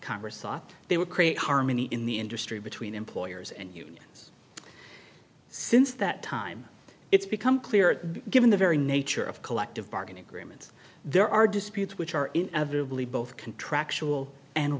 congress ought they would create harmony in the industry between employers and unions since that time it's become clear that given the very nature of collective bargaining agreements there are disputes which are inevitably both contractual and